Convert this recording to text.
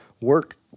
work